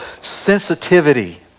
sensitivity